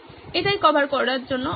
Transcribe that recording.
এটাই কভার করার জন্য অনেক